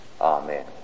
Amen